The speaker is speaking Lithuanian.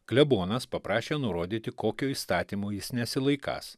klebonas paprašė nurodyti kokio įstatymo jis nesilaikąs